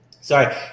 Sorry